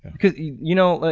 because you know, like